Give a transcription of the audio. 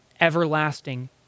everlasting